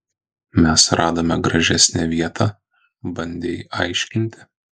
mes radome gražesnę vietą bandei aiškinti